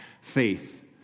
faith